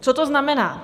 Co to znamená?